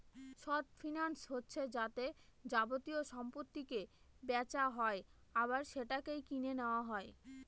short finance হচ্ছে যাতে যাবতীয় সম্পত্তিকে বেচা হয় আবার সেটাকে কিনে নেওয়া হয়